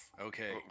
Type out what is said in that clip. Okay